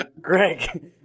Greg